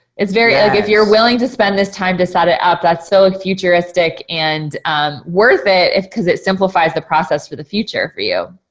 it's very like if you're willing to spend this time to set it up, that's so futuristic and worth it cause it simplifies the process for the future for you.